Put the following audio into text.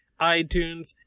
iTunes